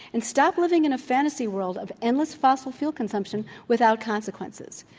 and stop living in a fantasy world of endless fossil fuel consumption without consequences.